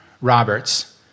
Roberts